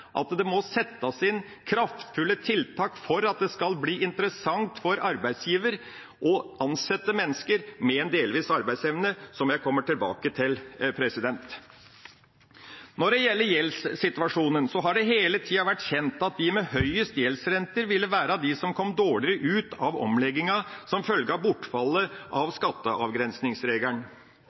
at det må settes inn kraftfulle tiltak for at det skal bli interessant for arbeidsgiver å ansette mennesker med en delvis arbeidsevne, som jeg kommer tilbake til. Når det gjelder gjeldssituasjonen, har det hele tida vært kjent at de med høyest gjeldsrenter ville komme dårligere ut av omlegginga som følge av bortfallet